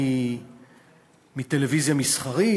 מטלוויזיה מסחרית,